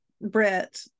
brett